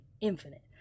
infinite